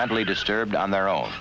mentally disturbed on their own